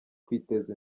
kwiteza